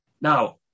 Now